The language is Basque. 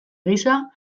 gisa